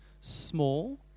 small